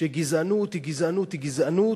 שגזענות היא גזענות היא גזענות.